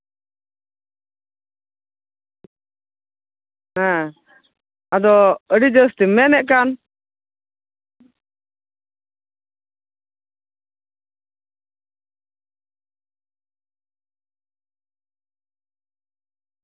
ᱦᱮᱸ ᱟᱫᱚ ᱟᱹᱰᱤ ᱡᱟᱹᱥᱛᱤᱢ ᱢᱮᱱᱮᱫ ᱠᱟᱱ